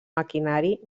maquinari